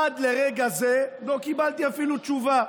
עד לרגע זה לא קיבלתי אפילו תשובה.